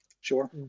Sure